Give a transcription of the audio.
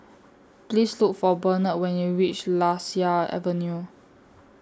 Please Look For Benard when YOU REACH Lasia Avenue